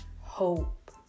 hope